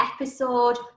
episode